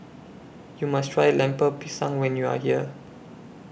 YOU must Try Lemper Pisang when YOU Are here